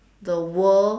the world